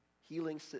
healing